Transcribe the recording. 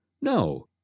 No